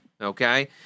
Okay